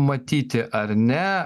matyti ar ne